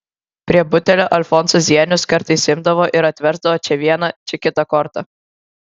prie butelio alfonsas zienius kartais imdavo ir atversdavo čia vieną čia kitą kortą